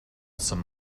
some